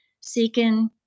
seeking